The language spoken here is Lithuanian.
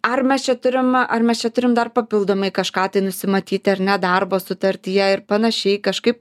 ar mes čia turim ar mes čia turim dar papildomai kažką tai nusimatyti ar ne darbo sutartyje ir panašiai kažkaip